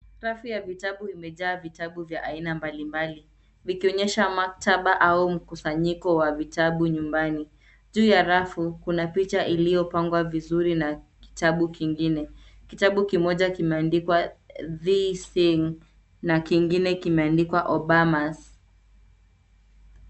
Rafu ya vitabu imejaa vitabu vya aina mbalimbali vikionyesha maktaba au mkusanyiko wa vitabu nyumbani. Juu ya rafu kuna picha iliyopangwa vizuri na kitabu kingine. Kitabu kimoja kimeandikwa thee sing na kingine kimeandikwa obama's .